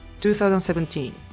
2017